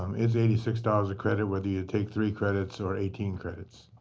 um it's eighty six dollars a credit whether you take three credits or eighteen credits.